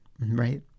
right